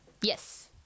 Yes